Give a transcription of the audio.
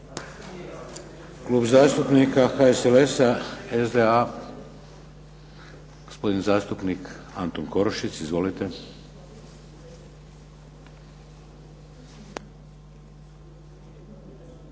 Klub zastupnika HSLS-a, SDA, gospodin zastupnik Antun Korušec. Izvolite.